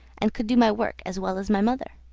and could do my work as well as my mother.